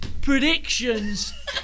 predictions